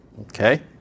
Okay